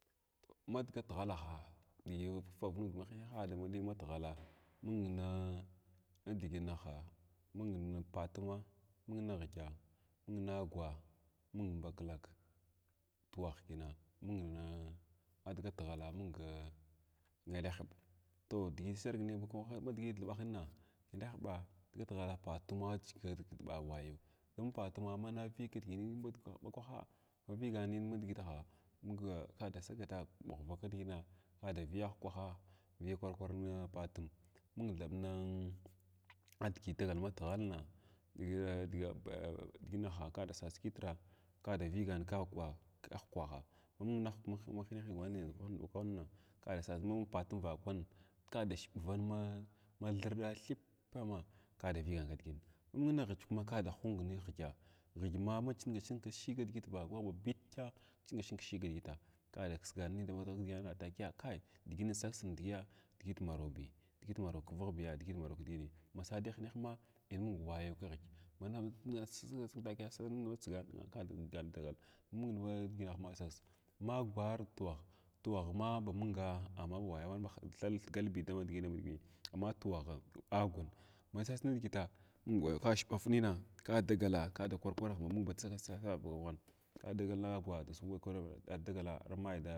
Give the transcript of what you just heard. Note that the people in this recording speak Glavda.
Madga tuhalaha me wa pigug ma hiyan thunuthung mathala mung na dginaha mung p patuma mung n tigya mung nagwa mung baklak tuhahakuna mung na maduga tuhala munga nyalahba to dgi srginai daghin thbina nyalahba patuma dga tuhala ba wayo patummana vig kdigini mavi ganim madigitaha mung kada sagata bagvakdgina kada vaya whkwaha viyakwar kwar na patum mung thab nn nadigidag al mat halna dga dginaha kada sa kitra ka da viga ka gwa kahkwaha mamung nahwik mahinyahna kwanna kada sas mamung patum kada sumbvan ma thurda thip ma kada vigan kdgin mamung higy kuma kad hung nhigy higy ma machunha ching kshig dhi vakwah babikya chinga ching kshiga ɗigita kada ksganin takiya digin sasn dgi digi marab digit mara kvhbiya dgit marobi masada hinahma in mung woyo khigy masrga srgnin da tsgannan ka dagal magwa ard tuhah tuhah ma bamung amma wayowah thugelbi damadgibi agun masas digita mun wayo ka shibabav nina ka dagala dakwa kwar mun ba sagat ka dagal nagwa ar dagale ai mal da.